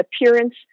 appearance